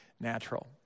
natural